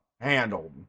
handled